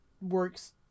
works